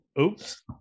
Oops